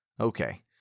Okay